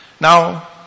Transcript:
Now